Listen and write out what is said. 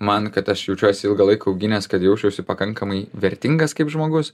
man kad aš jaučiuosi ilgą laiką auginęs kad jausčiausi pakankamai vertingas kaip žmogus